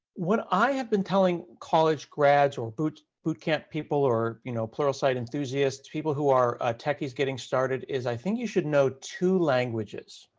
what i have been telling college grads or boot boot camp people or you know pluralsight enthusiasts, people who are techies getting started, is i think you should know two languages.